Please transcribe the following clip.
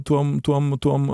tuom tuom tuom